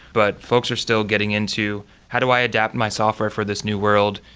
but folks are still getting into how do i adapt my software for this new world?